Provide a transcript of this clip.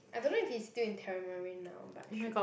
I don't know if he's still in tamarind now but should